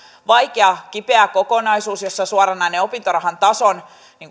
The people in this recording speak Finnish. vaikea kipeä kokonaisuus jossa suoranainen opintorahan tason